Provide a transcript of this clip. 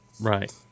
Right